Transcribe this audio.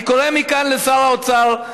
אני קורא מכאן לשר האוצר,